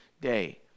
day